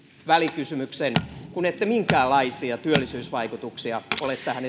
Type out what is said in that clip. välikysymyksen kun ette minkäänlaisia työllisyysvaikutuksia ole tähän